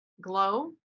glow